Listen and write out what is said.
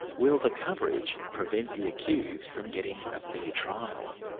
will the coverage prevent the accused from getting a fair trial?